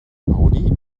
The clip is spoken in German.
parodie